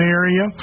area